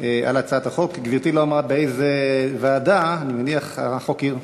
אני אומרת שבהצעת החוק שהעברנו,